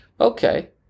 okay